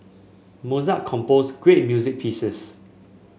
Mozart composed great music pieces